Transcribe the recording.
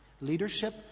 Leadership